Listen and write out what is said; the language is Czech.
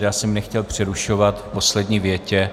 Já jsem ji nechtěl přerušovat v poslední větě.